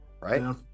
Right